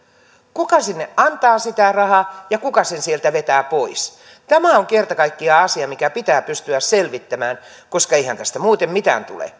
kuka sinne antaa sitä rahaa ja kuka sen sieltä vetää pois tämä on kerta kaikkiaan asia mikä pitää pystyä selvittämään koska eihän tästä muuten mitään tule